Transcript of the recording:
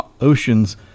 oceans